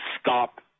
stop